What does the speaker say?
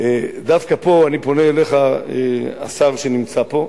דווקא פה אני פונה אליך, השר שנמצא פה: